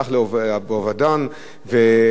הלך לאיבוד והפסידו את כספם.